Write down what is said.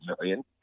million